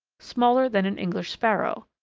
smaller than an english sparrow,